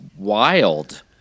wild